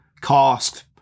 cost